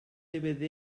dvd